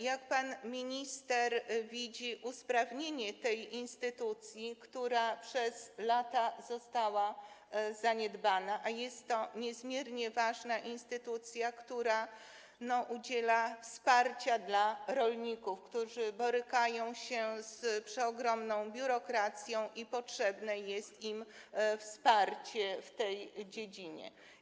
Jak pan minister widzi usprawnienie tej instytucji, która przez lata została zaniedbana, a jest to niezmiernie ważna instytucja, która udziela wsparcia dla rolników, którzy borykają się z przeogromną biurokracją i potrzebne jest im wsparcie w tej dziedzinie?